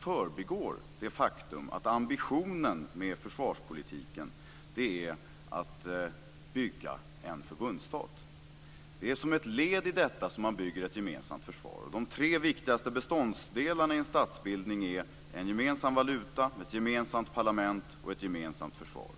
förbigås helt det faktum att ambitionen med försvarspolitiken är att bygga en förbundsstat. Det är som ett led i detta som man bygger ett gemensamt försvar. De tre viktigaste beståndsdelarna i en statsbildning är en gemensam valuta, ett gemensamt parlament och ett gemensamt försvar.